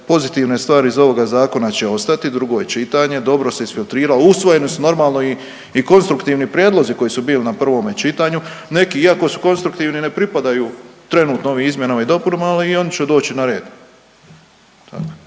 pozitivne stvari iz ovoga zakona će ostati, drugo je čitanje, dobro se isfiltriralo, usvojeni su normalno i konstruktivni prijedlozi koji su bili na prvome čitanju. Neki iako su konstruktivni ne pripadaju trenutno ovim izmjenama i dopunama, ali i oni će doći na red.